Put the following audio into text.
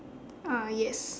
ah yes